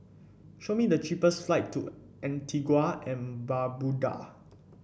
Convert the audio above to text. show me the cheapest flight to Antigua and Barbuda